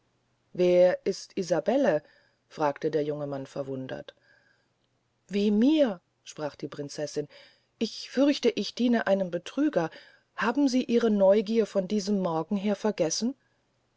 wer ist isabelle fragte der junge mann verwundert weh mir sprach die prinzessin ich fürchte ich diene einem betrüger haben sie ihre neugier von diesem morgen her vergessen